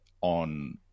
on